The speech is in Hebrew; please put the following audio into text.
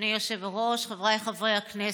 אדוני היושב-ראש, חבריי חברי הכנסת,